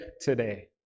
today